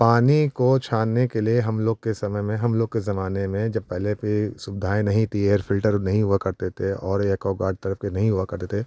पानी को छानने के लिए हम लोग के समय में हम लोग के ज़माने में जब पहले पे सुविधाएँ नहीं थी एयर फ़िल्टर नहीं हुआ करते थे और एक्वागार्ड कर के नहीं हुआ करते